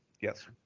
yes